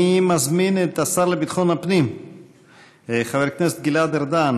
אני מזמין את השר לביטחון הפנים חבר הכנסת גלעד ארדן